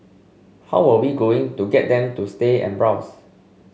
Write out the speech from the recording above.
how were we going to get them to stay and browse